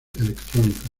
electrónicos